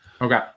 Okay